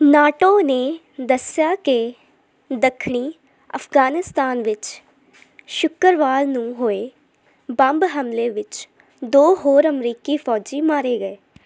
NATO ਨੇ ਦੱਸਿਆ ਕਿ ਦੱਖਣੀ ਅਫ਼ਗ਼ਾਨਿਸਤਾਨ ਵਿੱਚ ਸ਼ੁੱਕਰਵਾਰ ਨੂੰ ਹੋਏ ਬੰਬ ਹਮਲੇ ਵਿੱਚ ਦੋ ਹੋਰ ਅਮਰੀਕੀ ਫ਼ੌਜੀ ਮਾਰੇ ਗਏ